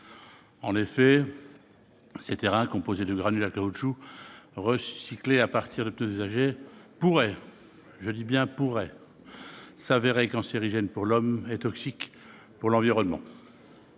En effet, ces terrains, composés de granulats de caoutchouc recyclés à partir de pneus usagés, pourraient se révéler cancérigènes pour l'homme et toxiques pour l'environnement.